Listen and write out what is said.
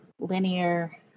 linear